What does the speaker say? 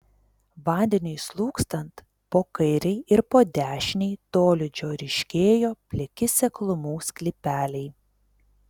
vandeniui slūgstant po kairei ir po dešinei tolydžio ryškėjo pliki seklumų sklypeliai